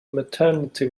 maternity